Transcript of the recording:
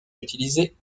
utilisé